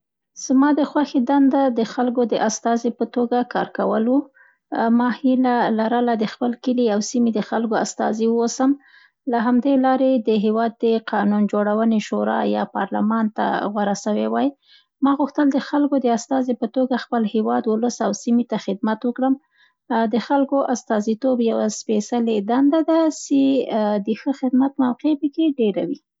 موږ کولای سو نڅاوې په غربي او شرقي وویشو. په غربي نڅاوو کې: تانګو، ساسا، برېک ډانس او د یخک په سر نڅا مشهورې دي، خو د سما صوفانه نڅا بیا په شرقي هېوادونو کې مشهوره ده. هندي نڅاوو کې: کتک، بانګړا او چوب بازي راځي. په افغاني نڅاوو کې: اټن، قرصک ، قطغن او لوګري نڅا ډېرې زیاتې مشهوري دي.